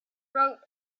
wrote